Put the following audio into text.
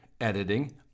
editing